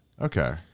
Okay